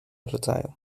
rodzaju